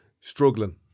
struggling